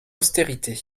austérité